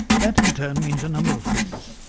that in turn means a number of things.